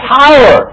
power